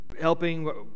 helping